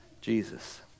Jesus